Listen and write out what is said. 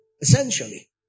essentially